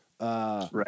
Right